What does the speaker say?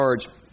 charge